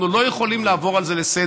אנחנו לא יכולים לעבור על זה לסדר-היום.